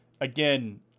again